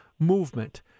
movement